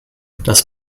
das